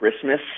Christmas